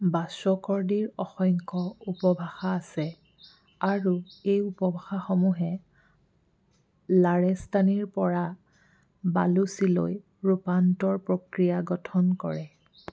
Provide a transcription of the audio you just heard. বাশ্বকৰ্দীৰ অসংখ্য উপভাষা আছে আৰু এই উপভাষাসমূহে লাৰেস্তানিৰপৰা বালুচিলৈ ৰূপান্তৰ প্ৰক্ৰিয়া গঠন কৰে